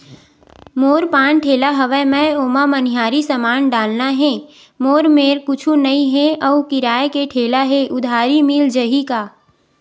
मोर पान ठेला हवय मैं ओमा मनिहारी समान डालना हे मोर मेर कुछ नई हे आऊ किराए के ठेला हे उधारी मिल जहीं का?